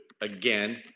again